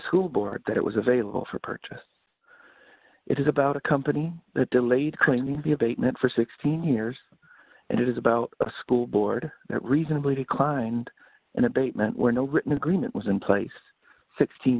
school board that it was available for purchase it is about a company that delayed claiming the abatement for sixteen years and it is about a school board that reasonably declined an abatement were no written agreement was in place fifteen